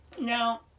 Now